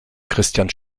christian